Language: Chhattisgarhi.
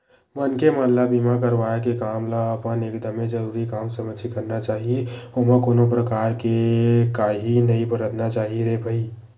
मनखे मन ल बीमा करवाय के काम ल अपन एकदमे जरुरी काम समझ के करना चाही ओमा कोनो परकार के काइही नइ बरतना चाही रे भई